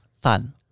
fun